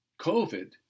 COVID